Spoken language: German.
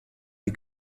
die